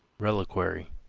reliquary,